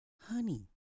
Honey